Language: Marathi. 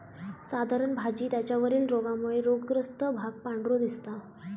साधारण भाजी त्याच्या वरील रोगामुळे रोगग्रस्त भाग पांढरो दिसता